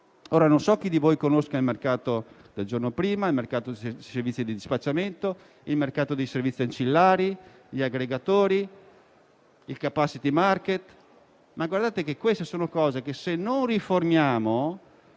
non so chi di voi conosca il mercato del giorno prima, il mercato dei servizi di dispacciamento, il mercato dei servizi ancillari, gli aggregatori, il *capacity market*, ma se non riformeremo queste cose, chi sarà nuovamente